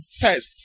first